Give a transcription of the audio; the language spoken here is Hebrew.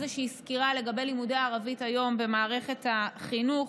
איזושהי סקירה לגבי לימודי ערבית היום במערכת החינוך.